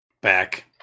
Back